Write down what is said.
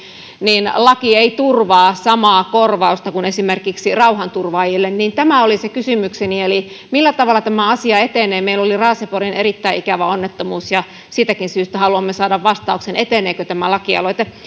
niin laki ei turvaa samaa korvausta kuin esimerkiksi rauhanturvaajille tämä oli se kysymykseni eli millä tavalla tämä asia etenee meillä oli raaseporin erittäin ikävä onnettomuus ja siitäkin syystä haluamme saada vastauksen eteneekö tämä lakialoite